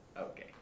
Okay